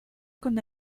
con